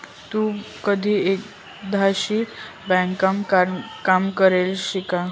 तू कधी एकाधी ब्यांकमा काम करेल शे का?